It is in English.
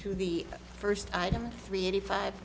to the first item three eighty five